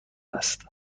است